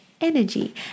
energy